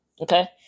okay